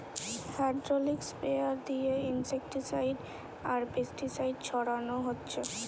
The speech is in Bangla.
হ্যাড্রলিক স্প্রেয়ার দিয়ে ইনসেক্টিসাইড আর পেস্টিসাইড ছোড়ানা হচ্ছে